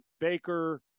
Baker